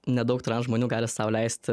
nedaug žmonių gali sau leisti